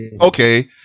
Okay